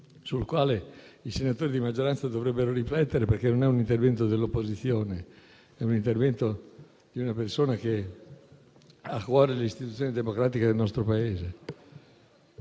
sul quale i senatori di maggioranza dovrebbero riflettere, perché non è un intervento dell'opposizione: è un intervento di una persona che ha a cuore le istituzioni democratiche del nostro Paese.